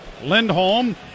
Lindholm